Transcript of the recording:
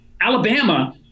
Alabama